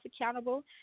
accountable